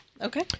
Okay